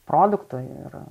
produktu ir